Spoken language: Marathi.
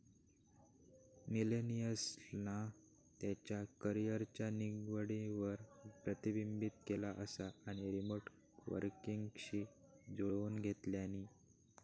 मिलेनियल्सना त्यांच्या करीयरच्या निवडींवर प्रतिबिंबित केला असा आणि रीमोट वर्कींगशी जुळवुन घेतल्यानी